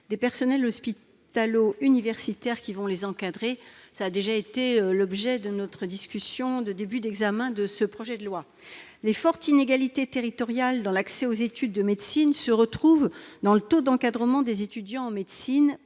des personnels hospitalo-universitaires qui vont les encadrer. Nous avons déjà discuté de ce problème au début de l'examen de ce projet de loi. Les fortes inégalités territoriales dans l'accès aux études de médecine se retrouvent dans le taux d'encadrement des étudiants en médecine